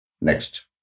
Next